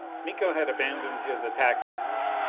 miko had abandoned his attack on us.